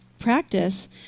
practice